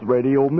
Radio